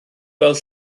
gweld